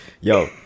Yo